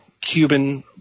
Cuban